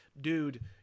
dude